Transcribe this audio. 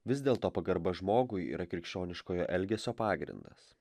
vis dėlto pagarba žmogui yra krikščioniškojo elgesio pagrindas